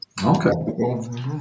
Okay